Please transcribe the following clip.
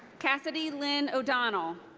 cassidy lynne o'donnell.